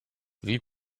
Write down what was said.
wie